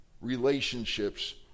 relationships